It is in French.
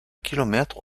kilomètres